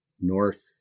north